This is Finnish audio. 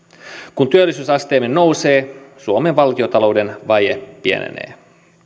kun työllisyysasteemme nousee suomen valtiontalouden vaje pienenee